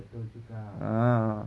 betul juga